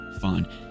fun